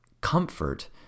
comfort